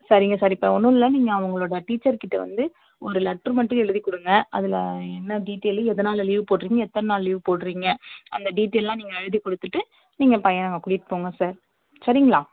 சரிங்க சார் இப்போது ஒன்றும் இல்லை நீங்கள் அவங்களோட டீச்சர் கிட்ட வந்து ஒரு லெட்ரு மட்டும் எழுதி கொடுங்க அதில் என்ன டீடெயிலு எதனால லீவ் போட்டிருக்கிங்க எத்தனை நாள் லீவ் போடுறீங்க அந்த டீடெயிலெலாம் நீங்கள் எழுதி கொடுத்துட்டு நீங்கள் பையனை கூட்டிகிட்டு போங்க சார் சரிங்களா